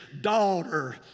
daughter